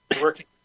working